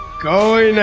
going